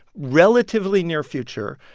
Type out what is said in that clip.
relatively near future,